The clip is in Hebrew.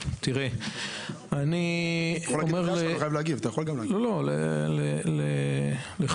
אני רוצה להגיב בשלושים שניות.